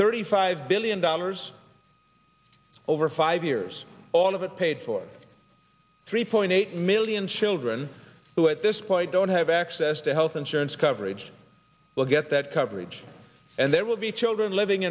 thirty five billion dollars over five years all of it paid for three point eight million children who at this point don't have access to health insurance coverage will get that coverage and there will be children living